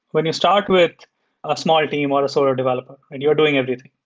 when you start with a small team or a sort of developer and you're doing everything,